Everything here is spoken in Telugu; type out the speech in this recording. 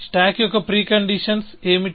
స్టాక్ యొక్క ప్రీ కండీషన్స్ ఏమిటి